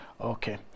Okay